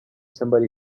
somebody